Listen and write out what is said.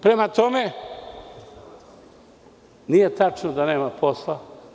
Prema tome, nije tačno da nema posla.